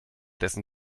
dessen